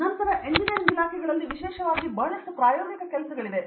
ಇತರ ಎಂಜಿನಿಯರಿಂಗ್ ಇಲಾಖೆಗಳಲ್ಲಿ ವಿಶೇಷವಾಗಿ ಬಹಳಷ್ಟು ಪ್ರಾಯೋಗಿಕ ಕೆಲಸಗಳಿವೆ